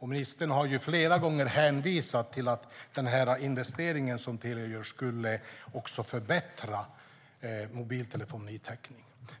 Ministern har flera gånger hänvisat till att investeringen som Telia gör skulle förbättra mobiltelefonitäckningen.